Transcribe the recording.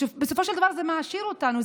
בסופו של דבר זה מעשיר אותנו,